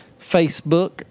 Facebook